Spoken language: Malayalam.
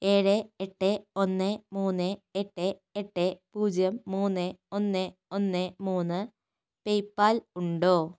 ഏഴ് എട്ട് ഒന്ന് മൂന്ന് എട്ട് എട്ട് പൂജ്യം മൂന്ന് ഒന്ന് ഒന്ന് മൂന്ന് പേയ്പാൽ ഉണ്ടോ